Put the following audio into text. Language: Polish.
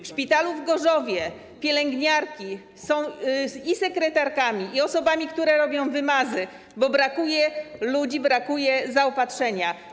W szpitalu w Gorzowie pielęgniarki są sekretarkami i osobami, które robią wymazy, bo brakuje ludzi, brakuje zaopatrzenia.